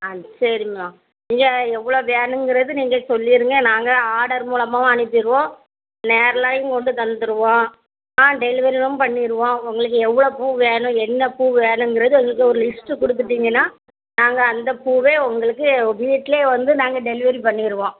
ஆ சரிம்மா நீங்கள் எவ்வளோ வேணுங்கிறது நீங்கள் சொல்லியிருங்க நாங்கள் ஆர்டர் மூலமாகவும் அனுப்பிடுவோம் நேர்லையும் கொண்டு தந்துடுவோம் ஆ டெலிவரியும் பண்ணிடுவோம் உங்களுக்கு எவ்வளோ பூ வேணும் என்ன பூ வேணுங்கிறது ஒரு லிஸ்ட்டு கொடுத்துட்டிங்கனா நாங்கள் அந்த பூவே உங்களுக்கு வீட்டிலேயே வந்து நாங்கள் டெலிவரி பண்ணிடுவோம்